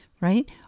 right